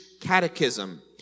catechism